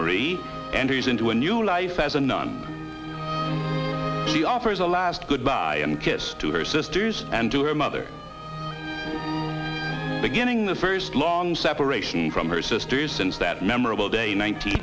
marie enters into a new life as a nun he offers a last goodbye kiss to her sisters and to her mother beginning the first long separation from her sisters since that memorable day in